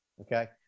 Okay